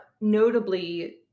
notably